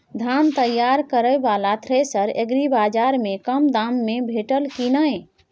धान तैयार करय वाला थ्रेसर एग्रीबाजार में कम दाम में भेटत की नय?